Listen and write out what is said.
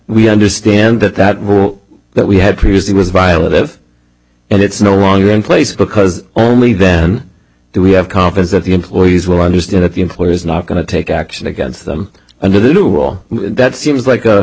we understand that that rule that we had previously was via live and it's no longer in place because only then do we have confidence that the employees will understand that the employer is not going to take action against them under the new rule that seems like